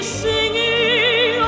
singing